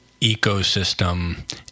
ecosystem